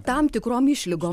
tam tikrom išlygom